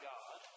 God